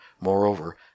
moreover